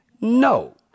No